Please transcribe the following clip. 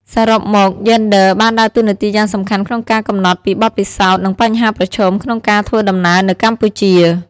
សរុបមក យេនដ័របានដើរតួនាទីយ៉ាងសំខាន់ក្នុងការកំណត់ពីបទពិសោធន៍និងបញ្ហាប្រឈមក្នុងការធ្វើដំណើរនៅកម្ពុជា។